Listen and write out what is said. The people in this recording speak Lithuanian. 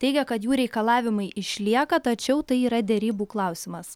teigia kad jų reikalavimai išlieka tačiau tai yra derybų klausimas